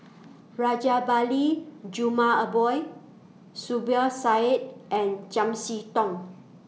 Rajabali Jumabhoy Zubir Said and Chiam See Tong